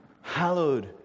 Hallowed